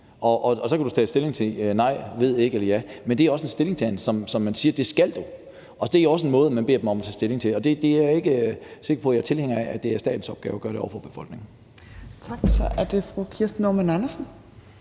Og så kan du tage stilling til nej, ved ikke eller ja, men det er også en stillingtagen, som man siger, at det skal du. Det er også en måde, man beder dem om at tage stilling på, og jeg er ikke sikker på, at jeg er tilhænger af, at det er statens opgave at gøre det over for befolkningen. Kl. 13:42 Tredje næstformand (Trine